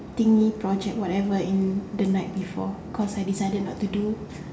thingy project whatever in the night before because I decided not to do